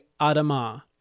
Adama